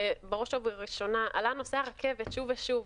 בראש ובראשונה, עלה נושא הרכבת שוב ושוב.